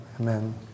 Amen